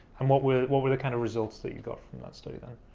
and what were what were the kind of results that you got from that study then?